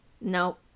Nope